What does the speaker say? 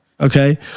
okay